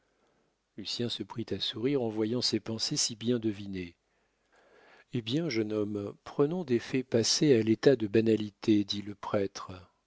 lucien se prit à sourire en voyant ses pensées si bien devinées eh bien jeune homme prenons des faits passés à l'état de banalité dit le prêtre